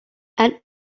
and